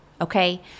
okay